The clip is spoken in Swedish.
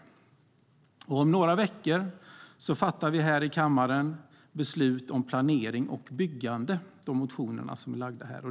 Om några veckor fattar vi här i kammaren beslut om planering och byggande, de motioner som är framlagda här.